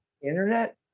Internet